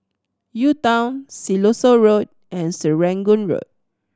U Town Siloso Road and Serangoon Road